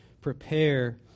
prepare